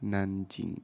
nanjing